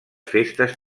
festes